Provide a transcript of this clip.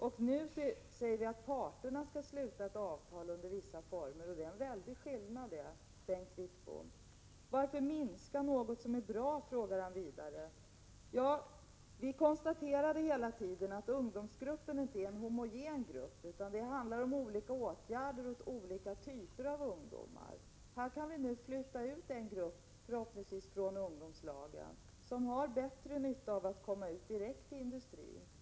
Vad vi nu säger är att parterna skall sluta ett avtal under vissa former, och det är något helt annat, Bengt Wittbom. Varför minska på något som är bra? frågar han vidare. Vi har hela tiden utgått från att ungdomsgruppen inte är homogen. Det handlar om att vidta olika åtgärder för olika typer av ungdomar. Vi kan nu förhoppningsvis från ungdomslagen flytta ut en grupp som har större nytta av att direkt komma ut i industrin.